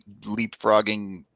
leapfrogging